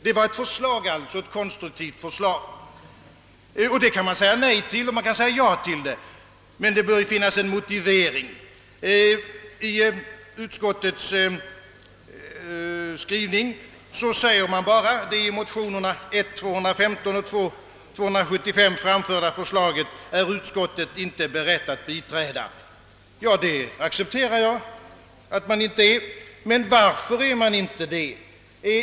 Det är ett konstruktivt förslag som man kan säga nej eller ja till — men det bör ju finnas en motivering. Utskottet skriver emellertid endast: »Det i motionerna I: 215 och II: 275 framförda förslaget är utskottet inte berett att biträda.» Ja, detta accepterar jag. Men varför är utskottet inte berett att biträda förslaget?